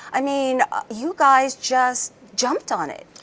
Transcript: i mean you guys just jumped on it,